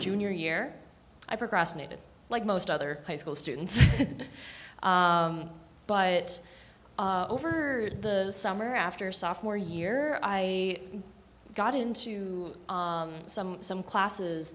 junior year i procrastinated like most other high school students but overheard the summer after sophomore year i got into some some classes